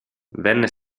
venne